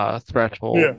threshold